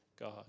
god